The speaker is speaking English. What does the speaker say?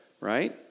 right